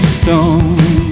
stone